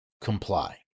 comply